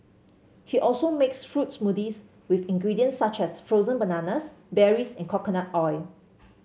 he also makes fruit smoothies with ingredients such as frozen bananas berries and coconut oil